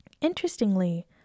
Interestingly